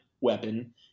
weapon